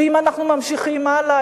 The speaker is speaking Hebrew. ואם אנחנו ממשיכים הלאה,